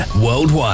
worldwide